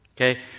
okay